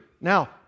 now